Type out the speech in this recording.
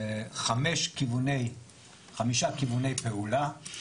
חמישה כיווני פעולה.